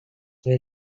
where